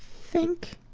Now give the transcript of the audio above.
think